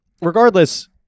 regardless